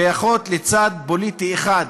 שייכות לצד פוליטי אחד,